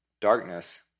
Darkness